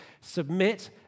Submit